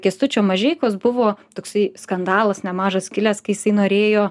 kęstučio mažeikos buvo toksai skandalas nemažas kilęs kai jisai norėjo